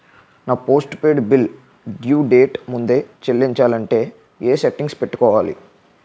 నా postpaid bill due date ముందే చెల్లించాలంటే ఎ సెట్టింగ్స్ పెట్టుకోవాలి?